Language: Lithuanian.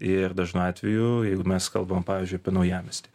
ir dažnu atveju jeigu mes kalbam pavyzdžiui apie naujamiestį